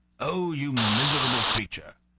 oh! you miserable creature,